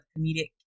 comedic